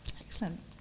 Excellent